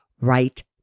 right